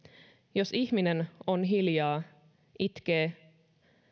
jos ihminen on hiljaa itkee